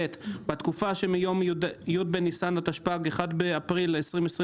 בתקופה שמיום י' בניסן התשפ"ג (1 באפריל 2023)